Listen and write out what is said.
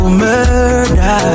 murder